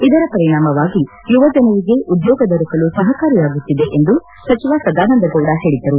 ಇದರ ಪರಿಣಾಮವಾಗಿ ಯುವ ಜನರಿಗೆ ಉದ್ಲೋಗ ದೊರಕಲು ಸಹಕಾರಿಯಾಗುತ್ತಿದೆ ಎಂದು ಸಚಿವ ಸದಾನಂದಗೌಡ ಹೇಳಿದರು